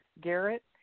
Garrett